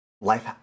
life